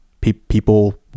people